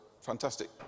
fantastic